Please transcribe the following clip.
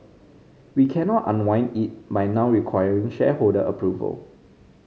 we cannot unwind it by now requiring shareholder approval